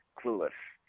clueless